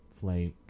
flame